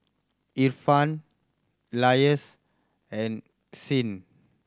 Irfan Elyas and Isnin